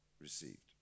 received